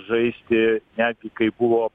žaisti netgi kai buvo